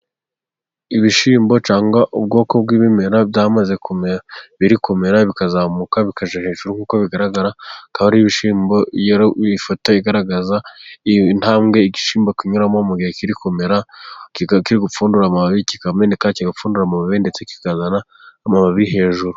Ibishimbo cyangwa ubwoko bw'ibimera byamaze kumera bikazamuka bikajya hejuru, nk'uko bigaragara akaba ari ibishyimbo. Iyo foto igaragaza intambwe igishimbo kinyuramo mu gihe kiri kumera kigapfundura amababi kikamera, ndetse kikazana amababi hejuru.